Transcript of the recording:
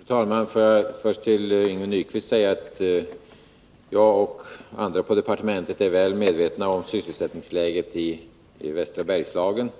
Fru talman! Får jag först till Yngve Nyquist säga att jag och andra på departementet är väl medvetna om sysselsättningsläget i västra Bergslagen.